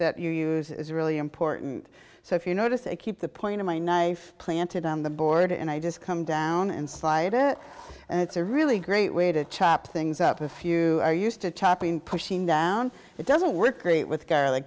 that you use is really important so if you notice to keep the point of my knife planted on the board and i just come down and slide it and it's a really great way to chop things up a few are used to chopping pushing down it doesn't work great with garlic